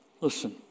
Listen